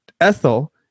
ethel